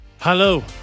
Hello